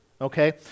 Okay